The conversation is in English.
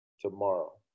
tomorrow